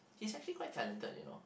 he's actually quite talented you know